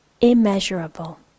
immeasurable